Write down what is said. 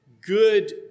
good